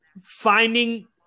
finding